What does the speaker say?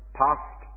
past